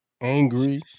angry